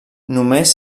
només